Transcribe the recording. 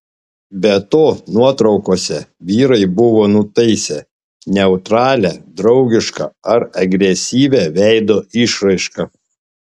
be to nuotraukose vyrai buvo nutaisę neutralią draugišką ar agresyvią veido išraišką